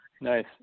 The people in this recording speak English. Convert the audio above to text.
Nice